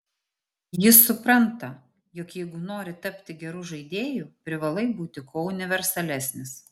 jis supranta jog jeigu nori tapti geru žaidėju privalai būti kuo universalesnis